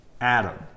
Adam